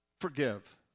Forgive